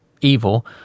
evil